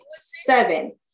seven